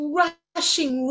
rushing